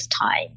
time